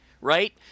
right